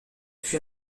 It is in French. fut